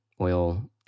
oil